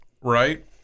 right